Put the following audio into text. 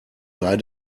sei